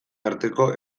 arteko